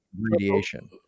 radiation